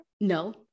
No